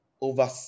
over